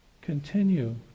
continue